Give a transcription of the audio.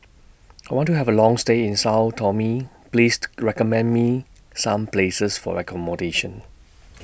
I want to Have A Long stay in Sao Tome pleased recommend Me Some Places For accommodation